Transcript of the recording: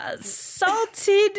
Salted